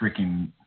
freaking